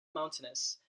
mountainous